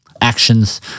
actions